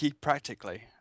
practically